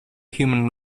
human